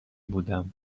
بودم